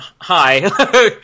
hi